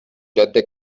جاده